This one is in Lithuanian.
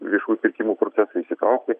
viešųjų pirkimų procesą įsitraukti